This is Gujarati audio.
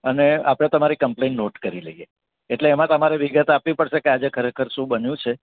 અને આપણે તમારી કમ્પ્લેઇન નોટ કરી લઈએ એટલે એમાં તમારે વિગત આપવી પડશે કે આજે ખરેખર શું બન્યું છે